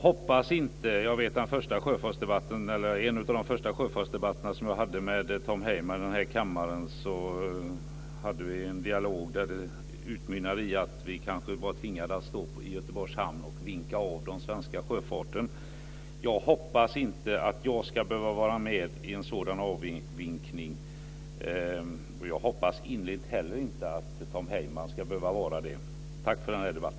En av de första sjöfartsdebatterna jag hade med Tom Heyman i kammaren utmynnade i att vi skulle vara tvingade att stå i Göteborgs hamn och vinka av den svenska sjöfarten. Jag hoppas att jag inte ska behöva vara med i en sådan avvinkning. Jag hoppas innerligt att inte heller Tom Heyman ska behöva vara det. Tack för denna debatt!